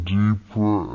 deeper